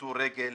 שתפשטו רגל,